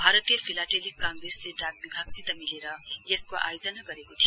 भारतीय फिलाटेलिक काँग्रेसले डाक विभागसित मिलेर यसको आयोजना गरेको थियो